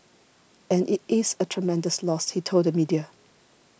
and it is a tremendous loss he told the media